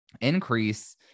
increase